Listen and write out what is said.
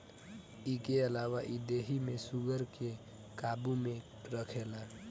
इके अलावा इ देहि में शुगर के काबू में रखेला